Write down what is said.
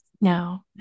now